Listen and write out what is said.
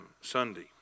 Sunday